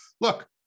look